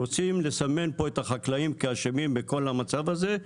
רוצים לסמן פה את החקלאים כאשמים בכל המצב הזה.